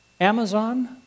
Amazon